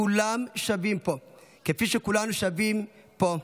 כולם שווים בו כפי שכולנו שווים פה.